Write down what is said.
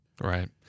right